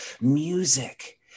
music